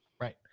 right